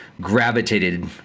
gravitated